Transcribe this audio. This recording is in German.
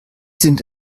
sind